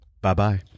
Bye-bye